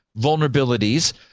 vulnerabilities